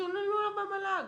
יתלוננו עליו במל"ג,